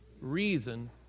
Reason